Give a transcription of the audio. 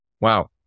wow